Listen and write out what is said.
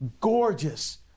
gorgeous